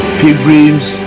pilgrims